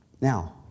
Now